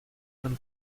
man